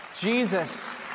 Jesus